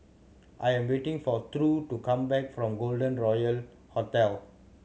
I am waiting for True to come back from Golden Royal Hotel